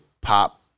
pop